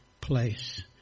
place